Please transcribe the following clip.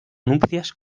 nupcias